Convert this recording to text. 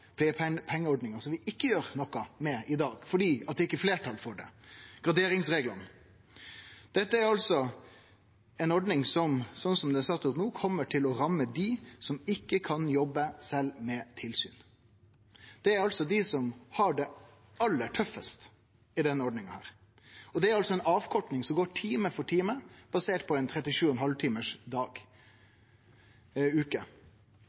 pleiepengeordninga vi ikkje gjer noko med i dag, fordi det ikkje er fleirtal for det – graderingsreglane. Dette er ei ordning som, slik det ser ut no, kjem til å ramme dei som ikkje kan jobbe, sjølv med tilsyn. Det er dei som har det aller tøffast i denne ordninga. Det er ei avkorting som går time for time, basert på ei 37,5-timarsveke. Grunnen til at Kristeleg Folkeparti og andre ikkje ønskjer å gå inn på dette, er